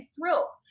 thrilled.